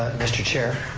mr. chair.